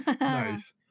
Nice